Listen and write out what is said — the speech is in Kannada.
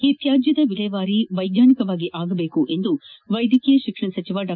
ಈ ತ್ಯಾದ್ಯದ ವಿಲೇವಾರಿ ವೈಜ್ಙಾನಿಕವಾಗಿ ಆಗಬೇಕೆಂದು ವೈದ್ಯಕೀಯ ಶಿಕ್ಷಣ ಸಚಿವ ಡಾ